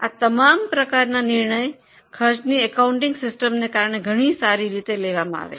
આ તમામ પ્રકારના નિર્ણય પડતર હિસાબી કરણને કારણે ઘણી સારી રીતે લેવામાં આવે છે